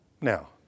Now